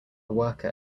worker